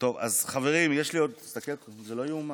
טוב חברים, תסתכל, זה לא ייאמן.